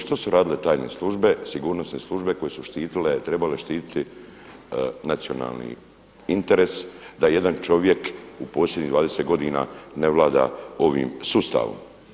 Što su radile tajne službe, sigurnosne službe koje su štitile, trebale štititi nacionalni interes da jedan čovjek u posljednjih 20 godina ne vlada ovim sustavom?